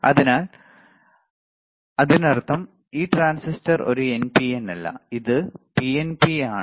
അതിനാൽ അതിനർത്ഥം ഈ ട്രാൻസിസ്റ്റർ ഒരു എൻപിഎൻ അല്ല അത് പിഎൻപിയാണോ